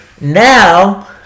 Now